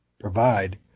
provide